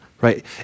right